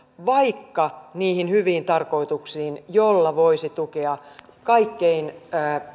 vaikka niihin hyviin tarkoituksiin joilla voisi tukea kaikkein